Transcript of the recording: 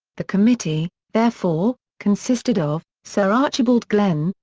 the committee, therefore, consisted of sir archibald glenn,